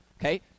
okay